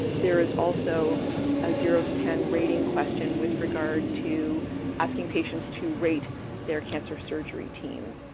there's also a zero to ten rating question with regard to asking patients to rate their cancer surgery team.